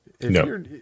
No